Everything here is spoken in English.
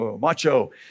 macho